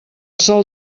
sol